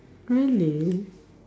really